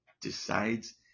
decides